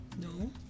No